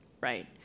right